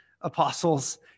apostles